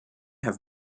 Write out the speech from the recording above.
have